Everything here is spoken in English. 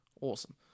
awesome